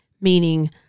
meaning